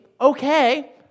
okay